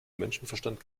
menschenverstand